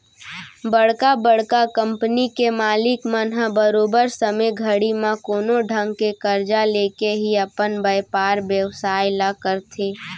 बड़का बड़का कंपनी के मालिक मन ह बरोबर समे घड़ी म कोनो ढंग के करजा लेके ही अपन बयपार बेवसाय ल करथे